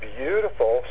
beautiful